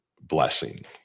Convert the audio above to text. blessing